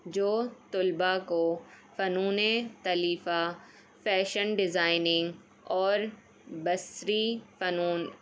جو طلباء کو فنون لطیفہ فیشن ڈیزائننگ اور بصری فنون